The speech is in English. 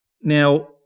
Now